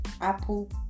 apple